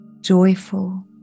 Joyful